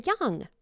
young